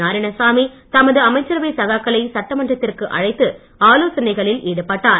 நாராயணசாமி தமது அமைச்சரவை சகாக்களை சட்டமன்றத்திற்கு அழைத்து ஆலோசனைகளில் ஈடுபட்டார்